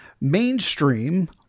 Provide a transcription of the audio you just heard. mainstream